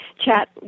chat